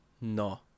no